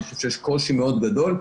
אני חושב שיש קושי מאוד גדול.